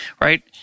right